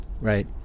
right